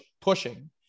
pushing